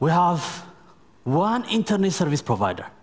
we have one internet service provider